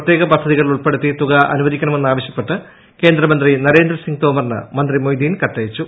പ്രത്യേക പദ്ധതികളിൽ ഉൾപ്പെടുത്തി തുക അനുവദിക്കണമെന്നാവശ്യപ്പെട്ട് കേന്ദ്ര മന്ത്രി നരേന്ദ്രസിംഗ് തോമറിന് മന്ത്രി മൊയ്തീൻ കത്തയച്ചു